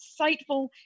insightful